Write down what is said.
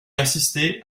assister